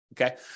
Okay